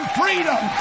freedom